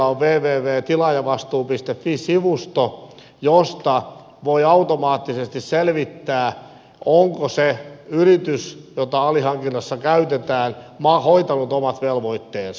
fi sivusto josta voi automaattisesti selvittää onko se yritys jota alihankinnassa käytetään hoitanut omat velvoitteensa